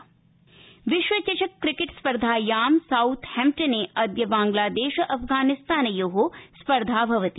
cricket विश्व चषक cricket स्पर्धायां साउथम्पटने अद्य बांग्लादेश अफगानिस्तानयो स्पर्धा भवति